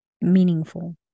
meaningful